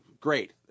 great